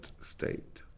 state